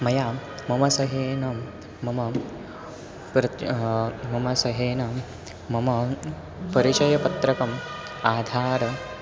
मया मम सहेन मम प्रत्यहं मम सहेन मम परिचयपत्रकम् आधारं